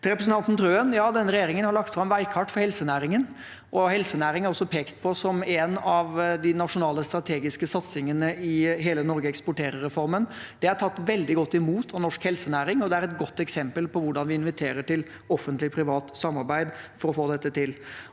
regjeringen har lagt fram veikart for helsenæringen. Helsenæringen er også pekt på som en av de nasjonale strategiske satsingene i Hele Norge eksporterer-reformen. Det er tatt veldig godt imot av norsk helsenæring, og det er et godt eksempel på hvordan vi inviterer til offentlig-privat samarbeid for å få dette til.